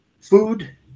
food